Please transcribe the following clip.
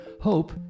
Hope